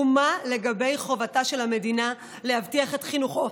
ומה לגבי חובתה של המדינה להבטיח את חינוכו